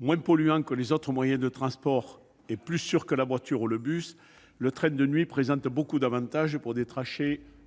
Moins polluant que les autres moyens de transport et plus sûr que la voiture ou le bus, il présente beaucoup d'avantages pour des trajets de